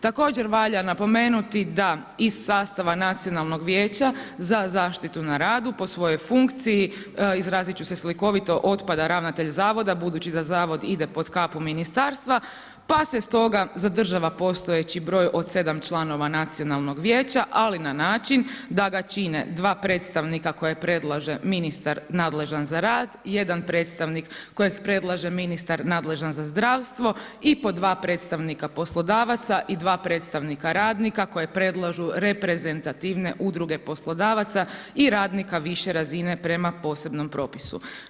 Također valja napomenuti da iz sastava Nacionalnog vijeća za zaštitu na radu po svojoj funkciji, izrazit ću se slikovito, otpada ravnatelj Zavoda, budući da Zavod ide pod kapu ministarstva pa se stoga zadržava postojeći broj od 7 članova nacionalnog vijeća ali na način da ga čine 2 predstavnika koje predlaže ministar nadležan za rad, jedan predstavnik kojeg predlaže ministar nadležan za zdravstvo i po dva predstavnika poslodavac i dva predstavnika radnika koji predlažu reprezentativne udruge poslodavaca i radnik više razine prema posebnom propisu.